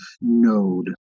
node